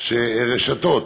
שרשתות